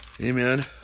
amen